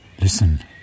Listen